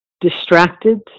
distracted